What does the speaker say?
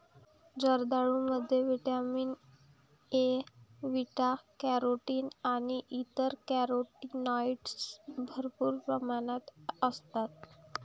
जर्दाळूमध्ये vitamin A, beta carotene आणि इतर कॅरोटीनॉइड्स भरपूर प्रमाणात असतात